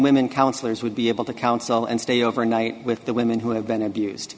women counselors would be able to counsel and stay overnight with the women who have been abused